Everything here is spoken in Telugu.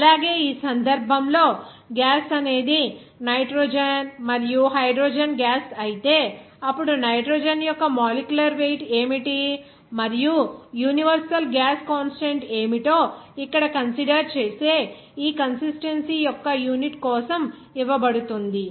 అలాగే ఈ సందర్భంలో గ్యాస్ అనేది నైట్రోజన్ మరియు హైడ్రోజన్ గ్యాస్ అయితే అప్పుడు నైట్రోజన్ యొక్క మాలిక్యులర్ వెయిట్ ఏమిటి మరియు యూనివర్సల్ గ్యాస్ కాన్స్టాంట్ ఏమిటో ఇక్కడ కన్సిడర్ చేసే ఈ కన్సిస్టెన్సీ యొక్క యూనిట్ కోసం ఇవ్వబడుతుంది